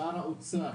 שר האוצר